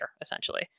essentially